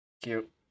Cute